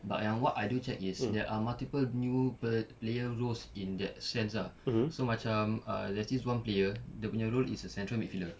but yang what I do check is there are multiple new per player roles in that sense ah so macam ah there's this [one] player dia punya role is a central midfielder